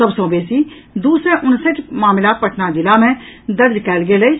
सभ सँ बेसी दू सय उनसठि मामिला पटना जिला मे दर्ज कयल गेल अछि